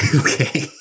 okay